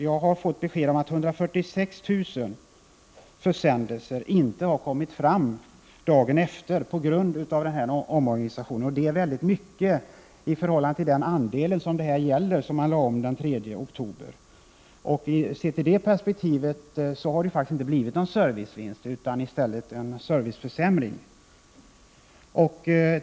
Jag har fått besked om att 146 000 försändelser inte kommit fram dagen efter till följd av den här omorganisationen. Det är en avsevärd mängd i förhållande till den andel som denna omflyttning gäller. Sett ur detta perspektiv har det faktiskt inte blivit någon servicevinst utan i stället en serviceförsämring.